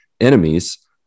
enemies